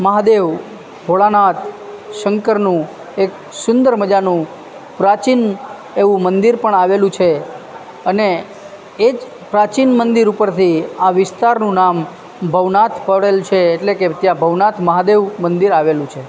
મહાદેવ ભોળાનાથ શંકરનું એક સુંદર મજાનું પ્રાચીન એવું મંદિર પણ આવેલું છે અને એ જ પ્રાચીન મંદિર ઉપરથી આ વિસ્તારનું નામ ભવનાથ પડેલું છે એટલે કે ત્યાં ભવનાથ મહાદેવ મંદિર આવેલું છે